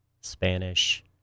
Spanish